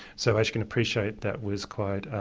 so as you can appreciate, that was quite